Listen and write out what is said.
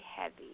heavy